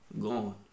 Gone